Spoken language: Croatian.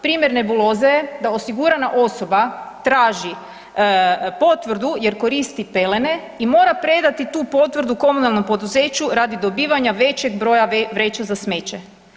Primjer nebuloze je da osigurana osoba traži potvrdu jer koristi pelene i mora predati tu potvrdu komunalnom poduzeću radi dobivanja većeg broja vreća za smeće.